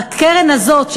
הקרן הזאת,